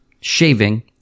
shaving